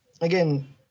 again